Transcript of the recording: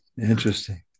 interesting